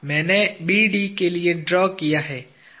मैंने BD के लिए ड्रा किया है